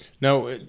Now